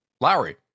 Lowry